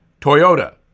Toyota